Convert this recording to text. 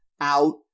out